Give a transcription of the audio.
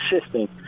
assisting –